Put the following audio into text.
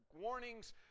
warnings